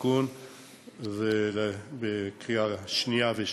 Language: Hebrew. בתיקון בקריאה שנייה ושלישית.